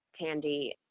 Tandy